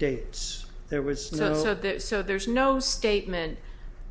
dates there was so there's no statement